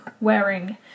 wearing